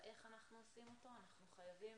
באיך אנחנו עושים אותו אנחנו חייבים